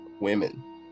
women